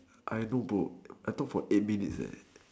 I know bro I talk for eight minutes eh